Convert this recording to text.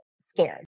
scared